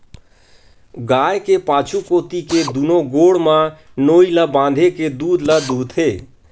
गाय के पाछू कोती के दूनो गोड़ म नोई ल बांधे के दूद ल दूहूथे